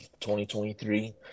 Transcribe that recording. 2023